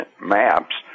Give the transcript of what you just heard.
maps